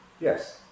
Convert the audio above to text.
Yes